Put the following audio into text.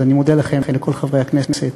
אני מודה לכל חברי הכנסת